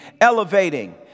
elevating